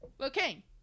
Okay